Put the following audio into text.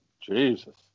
Jesus